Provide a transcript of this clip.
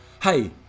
Hey